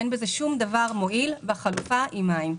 אין בזה שום דבר מועיל בחלופה עם מים.